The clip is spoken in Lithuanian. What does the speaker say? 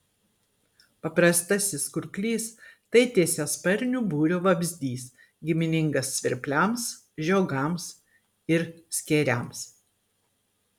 paprastasis kurklys tai tiesiasparnių būrio vabzdys giminingas svirpliams žiogams ir skėriams